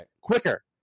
quicker